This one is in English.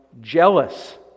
jealous